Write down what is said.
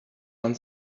von